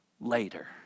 later